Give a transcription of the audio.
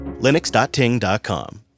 Linux.ting.com